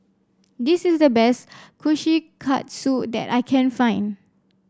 this is the best Kushikatsu that I can find